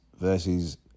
versus